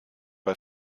bei